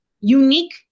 unique